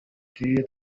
turere